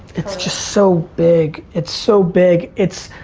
it's just so big. it's so big. it's,